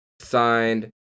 signed